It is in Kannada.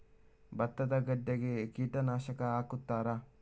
ಭತ್ತದ ಗದ್ದೆಗೆ ಕೀಟನಾಶಕ ಹಾಕುತ್ತಾರಾ?